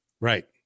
Right